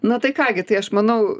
na tai ką gi tai aš manau